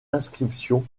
inscription